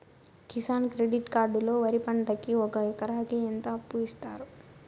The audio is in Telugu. కిసాన్ క్రెడిట్ కార్డు లో వరి పంటకి ఒక ఎకరాకి ఎంత అప్పు ఇస్తారు?